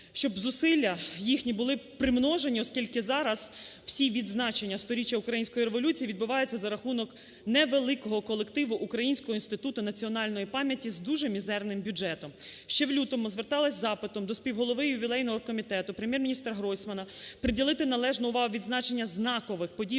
щоб зусилля їхні були примножені, оскілки зараз всі відзначення 100-річчя Української революції відбуваються за рахунок невеликого колективу Українського інституту національної пам'яті з дуже мізерним бюджетом. Ще в лютому звертались із запитом до співголови ювілейного оргкомітету Прем'єр-міністраГройсмана приділити належну увагу відзначенню знакових подій